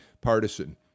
partisan